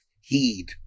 heed